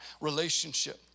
relationship